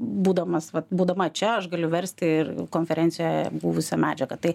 būdamas vat būdama čia aš galiu versti ir konferencijoje buvusią medžiagą tai